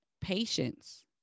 Patience